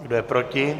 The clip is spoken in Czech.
Kdo je proti?